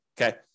Okay